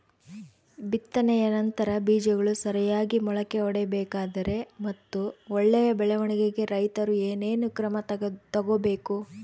ಬಿತ್ತನೆಯ ನಂತರ ಬೇಜಗಳು ಸರಿಯಾಗಿ ಮೊಳಕೆ ಒಡಿಬೇಕಾದರೆ ಮತ್ತು ಒಳ್ಳೆಯ ಬೆಳವಣಿಗೆಗೆ ರೈತರು ಏನೇನು ಕ್ರಮ ತಗೋಬೇಕು?